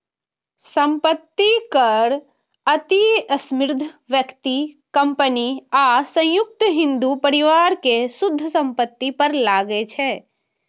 संपत्ति कर अति समृद्ध व्यक्ति, कंपनी आ संयुक्त हिंदू परिवार के शुद्ध संपत्ति पर लागै छै